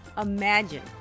Imagine